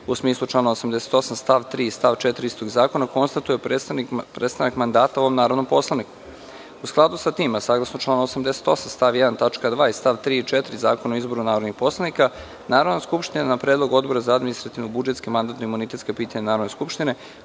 u smislu člana 88. stav 3. i stav 4. istog zakona konstatuje prestanak mandata ovom narodnom poslaniku.U skladu sa tim, a saglasno članu 88. stav 1. tačka 2) i stav 3. i 4. Zakona o izboru narodnih poslanika, Narodna skupština na predlog Odbora za administrativno-budžetska i mandatno-imunitetska pitanja Narodne skupštine